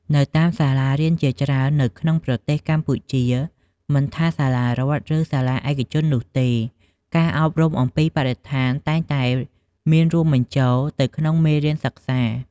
នៅតាមសាលារៀនជាច្រើននៅក្នុងប្រទេសកម្ពុជា មិនថាសាលារដ្ឋ ឬ សាលាឯកជននោះទេ ការអប់រំអំពីបរិស្ថានតែងតែមានរួមបញ្ចូលទៅក្នុងមេរៀនសិក្សា។